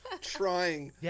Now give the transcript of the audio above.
trying